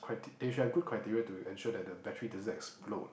they should have good criteria to ensure that the battery doesn't explode